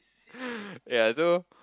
yeah so